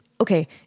okay